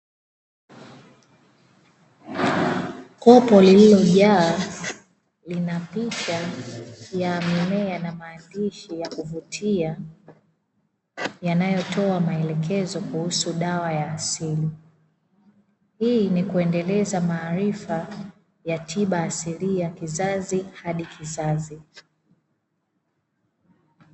Kopo lililojaa lina picha ya mimea na maandishi ya kuvutia yanayotoa maelekezo kuhusu dawa ya asili. Hii ni kuendeleza maarifa ya tiba asilia kizazi hadi kizazi.